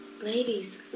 Ladies